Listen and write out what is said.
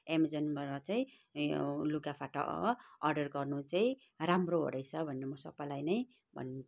अमेजोनबाट चाहिँ लुगाफाटा अर्डर गर्नु चाहिँ राम्रो हो रहेछ भनेर सबैलाई नै भन्छु